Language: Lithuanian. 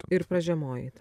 ir pažiemoji ten